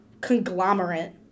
conglomerate